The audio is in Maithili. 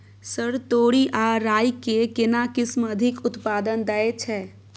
सर तोरी आ राई के केना किस्म अधिक उत्पादन दैय छैय?